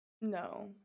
No